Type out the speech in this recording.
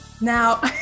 Now